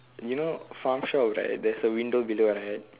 you know farm shop right there's a window inside right